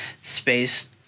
space